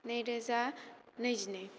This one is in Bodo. नैरोजा नैजिनै